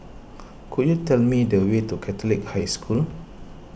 could you tell me the way to Catholic High School